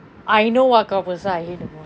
I know what kind of person I hate the most